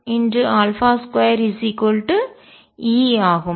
மற்றும் 22m2E ஆகும்